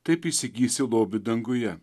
taip įsigysi lobį danguje